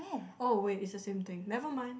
oh wait its the same thing never mind